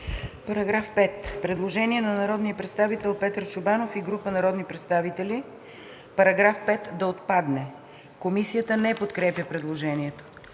По § 6 има предложение на народния представител Петър Чобанов и група народни представители: „§ 6 да отпадне.“ Комисията не подкрепя предложението.